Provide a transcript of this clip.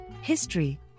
History